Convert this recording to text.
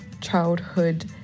childhood